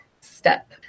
step